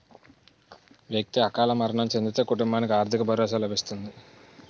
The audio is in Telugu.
వ్యక్తి అకాల మరణం చెందితే కుటుంబానికి ఆర్థిక భరోసా లభిస్తుంది